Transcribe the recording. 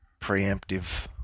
preemptive